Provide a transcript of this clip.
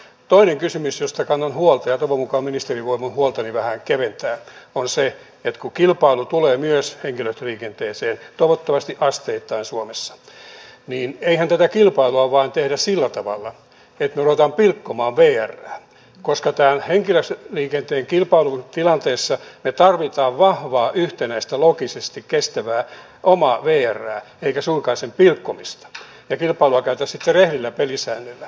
toinen kysymys josta kannan huolta ja toivon mukaan ministeri voi minun huoltani vähän keventää on se että kun kilpailu tulee myös henkilöliikenteeseen toivottavasti asteittain suomessa niin eihän tätä kilpailua vain tehdä sillä tavalla että me rupeamme pilkkomaan vrää koska tässä henkilöliikenteen kilpailutilanteessa me tarvitsemme vahvaa yhtenäistä logistisesti kestävää omaa vrää eikä suinkaan sen pilkkomista ja kilpailua käytäisiin sitten rehdeillä pelisäännöillä